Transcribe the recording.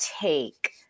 take